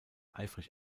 eifrig